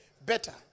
better